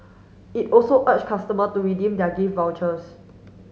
it also urge customer to redeem their gift vouchers